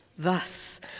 Thus